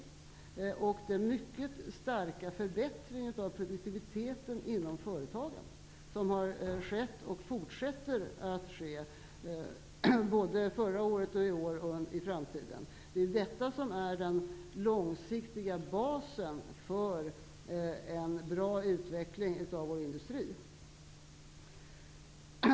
Man måste också ta hänsyn till den mycket starka förbättring av produktiviteten i företagen som har skett och fortsätter att ske -- förra året, i år och i framtiden. Detta är den långsiktiga basen för en bra utveckling av vår industri.